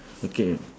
okay